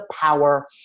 power